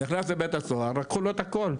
נכנס לבית הסוהר לקחו לו את הכול.